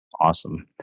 awesome